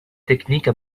technique